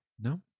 No